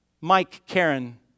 Mike-Karen